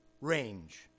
range